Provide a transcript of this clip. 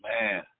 Man